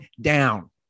down